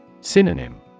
Synonym